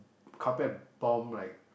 carpet bomb like